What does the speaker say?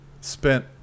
spent